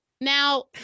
Now